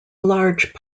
large